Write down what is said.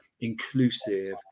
inclusive